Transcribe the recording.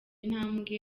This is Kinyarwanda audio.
intambwe